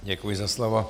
Děkuji za slovo.